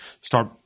start